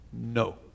No